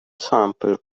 sample